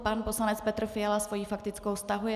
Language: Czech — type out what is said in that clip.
Pan poslanec Petr Fiala svoji faktickou stahuje.